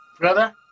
Brother